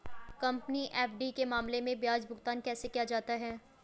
Company FD के मामले में ब्याज भुगतान कैसे किया जाता है?